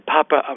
Papa